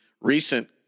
recent